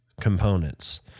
components